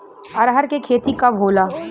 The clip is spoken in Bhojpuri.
अरहर के खेती कब होला?